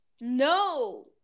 No